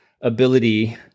ability